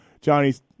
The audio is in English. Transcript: Johnny's